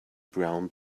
brown